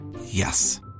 Yes